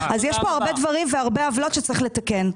אז יש פה הרבה דברים והרבה עוולות שצריך לתקן,